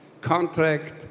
contract